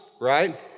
right